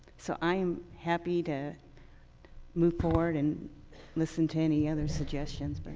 so i am happy to move forward and listen to any other suggestions. but